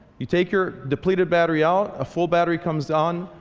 you take your depleted battery out. a full battery comes on.